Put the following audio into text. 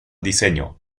diseño